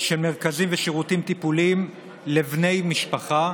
של מרכזים ושירותים טיפוליים לבני משפחה